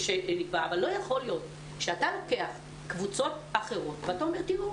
אבל לא יכול להיות שאתה לוקח קבוצות אחרות ואתה אומר: תראו,